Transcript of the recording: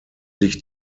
sich